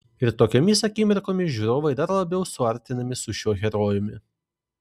ir tokiomis akimirkomis žiūrovai dar labiau suartinami su šiuo herojumi